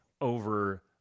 over